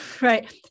right